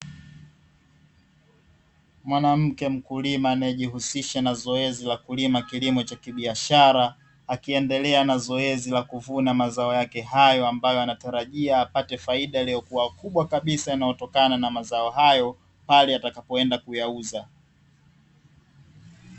Mwanamke mkulima anayejihusisha na zoezi la kulima kilimo cha kibiashara, akiendelea na zoezi la kuvuna mazao yake hayo ambayo anatarajia apate faida iliyokuwa kubwa kabisa inayotokana na mazao hayo, pale atakapoenda kuyauza.